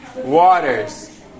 Waters